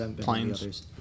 Planes